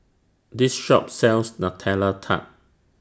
This Shop sells Nutella Tart